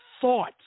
thought